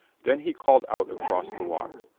then he called out across the water,